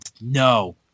no